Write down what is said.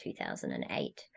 2008